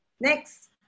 Next